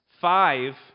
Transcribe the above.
Five